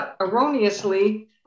erroneously